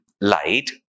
light